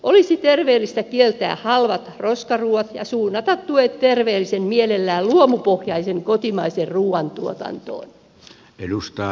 olisi terveellistä kieltää halvat roskaruuat ja suunnata tuet terveellisen mielellään luomupohjaisen kotimaisen ruuan tuotantoon